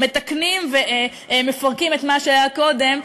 מתקנים ומפרקים את מה שהיה קודם,